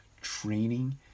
training